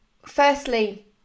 firstly